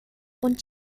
und